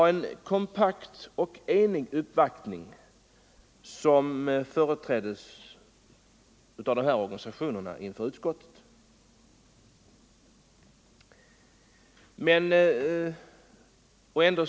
Den opinion som dessa organisationer företrädde inför utskottet var enig och kompakt.